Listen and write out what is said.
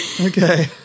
Okay